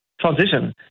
transition